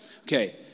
Okay